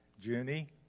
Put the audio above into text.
Junie